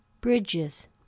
bridges